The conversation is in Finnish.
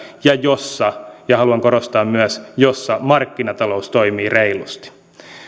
ja jossa haluan korostaa jossa markkinatalous toimii reilusti